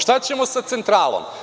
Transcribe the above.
Šta ćemo sa centralom?